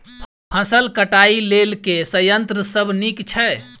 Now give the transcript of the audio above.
फसल कटाई लेल केँ संयंत्र सब नीक छै?